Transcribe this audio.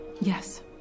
Yes